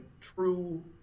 true